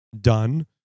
done